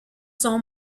son